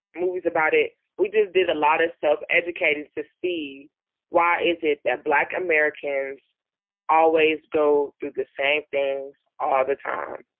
movies about it. we just did a lot of self educating to see why is it that black americans always go do the same things all the time,